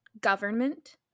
government